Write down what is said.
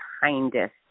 kindest